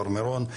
בהר מירון,